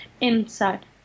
inside